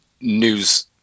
news